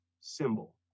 symbol